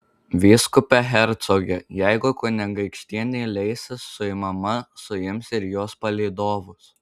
vyskupe hercoge jeigu kunigaikštienė leisis suimama suims ir jos palydovus